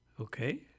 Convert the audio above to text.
Okay